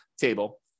table